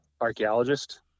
archaeologist